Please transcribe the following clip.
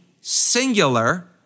singular